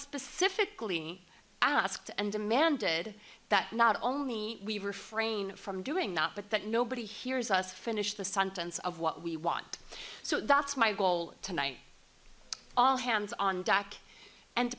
specifically asked and demanded that not only we refrain from doing that but that nobody hears us finish the sentence of what we want so that's my goal tonight all hands on deck and